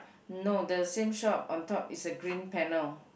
no the same shop on top is a green panel